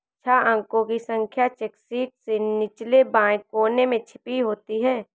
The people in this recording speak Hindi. छह अंकों की संख्या चेक शीट के निचले बाएं कोने में छपी होती है